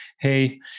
hey